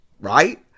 Right